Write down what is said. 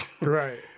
Right